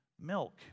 milk